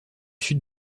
sud